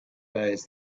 days